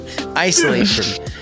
Isolation